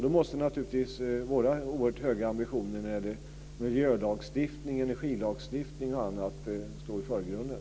Då måste naturligtvis våra oerhört höga ambitioner när det gäller miljölagstiftning, energilagstiftning och annat stå i förgrunden.